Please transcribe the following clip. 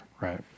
Right